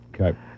Okay